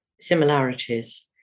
similarities